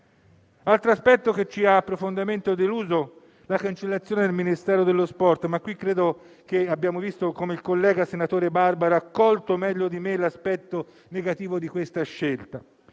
altro aspetto che ci ha profondamente deluso è la cancellazione del Ministero dello sport, ma abbiamo già visto - come il collega senatore Barbaro ha colto meglio di me - l'aspetto negativo di tale scelta.